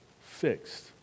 fixed